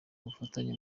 ubufatanye